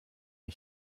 ich